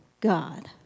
God